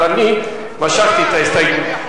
אבל אני משכתי את ההסתייגות.